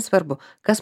svarbu kas